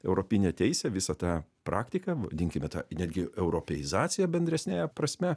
europinę teisę visą tą praktiką vadinkime ta netgi europeizacija bendresniąja prasme